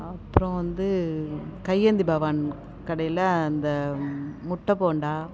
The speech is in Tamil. அப்புறம் வந்து கையேந்தி பவன் கடையில் அந்த முட்டை போண்டா